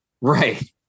Right